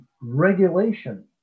regulation